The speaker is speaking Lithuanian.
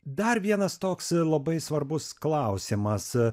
dar vienas toks labai svarbus klausimas